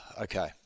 okay